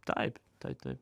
taip taip taip